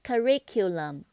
Curriculum